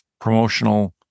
promotional